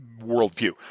worldview